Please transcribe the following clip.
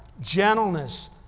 gentleness